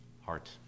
heart